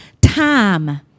time